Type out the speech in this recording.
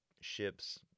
ships